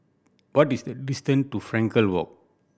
what is the distance to Frankel Walk